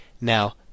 Now